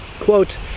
Quote